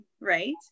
right